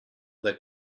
that